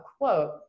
quote